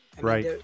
right